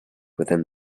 within